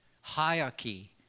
Hierarchy